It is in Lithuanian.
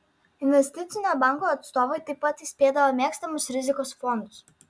investicinio banko atstovai taip pat įspėdavo mėgstamus rizikos fondus